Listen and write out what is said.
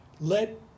Let